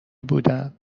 بودم